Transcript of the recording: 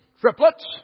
triplets